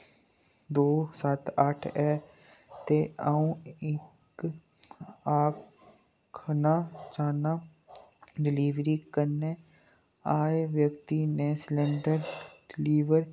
दो सत्त अट्ठ ऐ ते अ'ऊं एह् आखना चाह्न्नां डलीवरी करने आह्ले व्यक्ति ने सिलंडर डलीवर